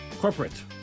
Corporate